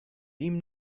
ihm